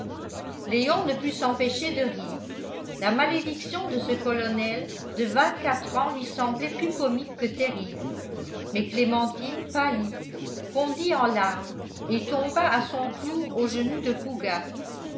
léon ne put s'empêcher de rire la malédiction de ce colonel de vingt-quatre ans lui semblait plus comique que terrible mais clémentine pâlit fondit en larmes et tomba à son tour aux genoux de fougas